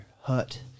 hut